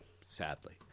sadly